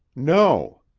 no.